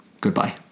Goodbye